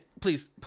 please